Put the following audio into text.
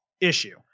issue